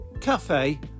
cafe